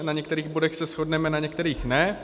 Na některých bodech se shodneme, na některých ne.